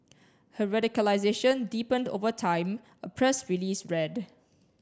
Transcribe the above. her radicalisation deepened over time a press release read